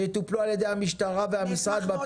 שיטופלו על ידי המשטרה והפיקוח של המשרד.